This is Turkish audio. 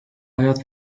hayat